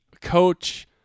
coach